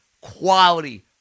quality